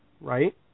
Right